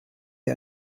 der